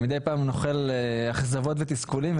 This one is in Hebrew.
מדי פעם אתה נוחל אכזבות ותסכולים,